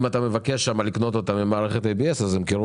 אם אתה מבקש לקנות אותם עם מערכת ABS אז ימכרו